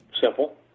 simple